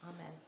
Amen